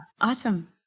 Awesome